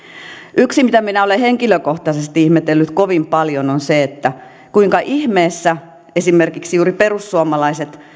yksi mitä minä olen henkilökohtaisesti ihmetellyt kovin paljon on se kuinka ihmeessä esimerkiksi juuri perussuomalaiset